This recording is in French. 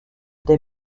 dès